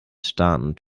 startend